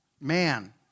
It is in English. man